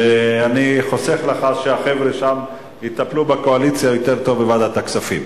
ואני חוסך לך שהחבר'ה שם יטפלו בקואליציה יותר טוב בוועדת הכספים.